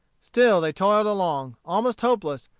still they toiled along, almost hopeless,